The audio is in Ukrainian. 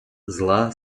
зла